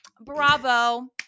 bravo